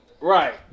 Right